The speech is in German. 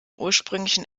ursprünglichen